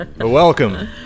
Welcome